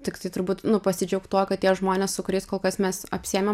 tiktai turbūt nu pasidžiaugt tuo kad tie žmonės su kuriais kol kas mes apsiėmėm